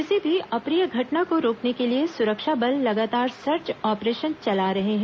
किसी भी अप्रिय घटना को रोकने के लिए सुरक्षा बल लगातार सर्च ऑपरेशन चला रहे हैं